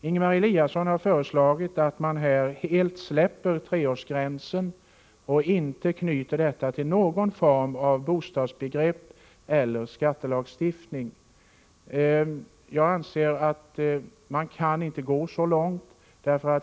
Ingemar Eliasson har föreslagit att vi helt skall släppa treårsgränsen och inte knyta barnbidragsrätten till någon form av bostadsbegrepp eller till skattelagstiftningen. Jag anser att vi inte kan gå så långt.